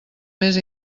més